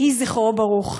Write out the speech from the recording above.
יהי זכרו ברוך.